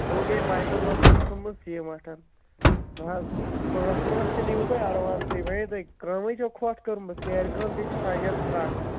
دوٚپُکھ ہے پایپن منٛز تہِ چھُو ژھُن مُت سیٖمَٹھ وۄنۍ پونٛسہٕ وونٛسہٕ تہِ نیوٕ تۄہہِ اٮ۪ڈوانسٕے وۄںے تۄہہِ کٲمٕے چھو کھۄٹھ کٔرمٕژ سیرِ کٲم تہِ چھ حَجر ترٛٹھ اتھ